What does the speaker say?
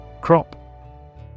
Crop